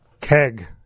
keg